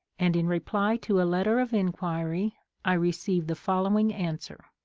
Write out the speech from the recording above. and in reply to a letter of inquiry i received the following answer